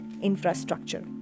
infrastructure